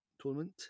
Tournament